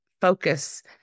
focus